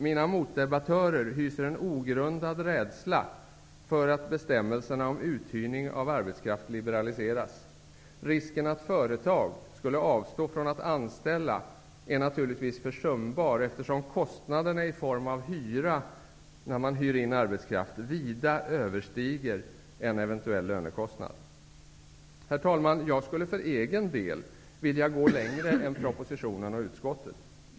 Mina motdebattörer hyser en ogrundad rädsla för att bestämmelserna om uthyrning av arbetskraft liberaliseras. Risken att företag skulle avstå från att anställa är naturligtvis försumbar, eftersom kostnaderna i form av hyra när man hyr in arbetskraft vida överstiger en eventuell lönekostnad. Herr talman! Jag skulle för egen del vilja gå längre än vad som föreslås i propositionen och av utskottet.